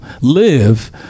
live